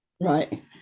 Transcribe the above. right